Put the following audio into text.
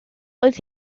oedd